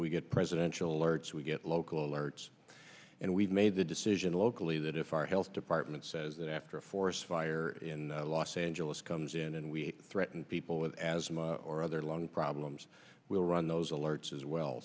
we get presidential alerts we get local alerts and we've made the decision locally that if our health department says that after a forest fire in los angeles comes in and we threaten people with asthma or other lung problems we'll run those alerts as well